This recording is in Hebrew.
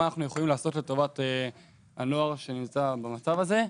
מה אנחנו יכולים לעשות לטובת הנוער שנמצא במצב הזה.